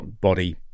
body